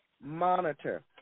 monitor